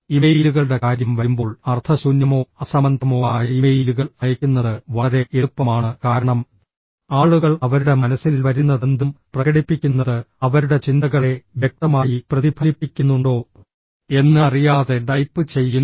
ഇമെയിലുകളുടെ കാര്യം വരുമ്പോൾ അർത്ഥശൂന്യമോ അസംബന്ധമോ ആയ ഇമെയിലുകൾ അയയ്ക്കുന്നത് വളരെ എളുപ്പമാണ് കാരണം ആളുകൾ അവരുടെ മനസ്സിൽ വരുന്നതെന്തും പ്രകടിപ്പിക്കുന്നത് അവരുടെ ചിന്തകളെ വ്യക്തമായി പ്രതിഫലിപ്പിക്കുന്നുണ്ടോ എന്ന് അറിയാതെ ടൈപ്പ് ചെയ്യുന്നു